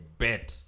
bet